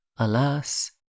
Alas